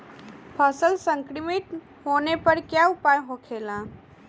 फसल संक्रमित होने पर क्या उपाय होखेला?